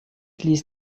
ließ